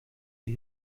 wie